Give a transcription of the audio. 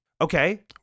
Okay